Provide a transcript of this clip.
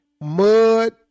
mud